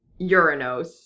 Uranos